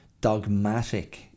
dogmatic